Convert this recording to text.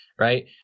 right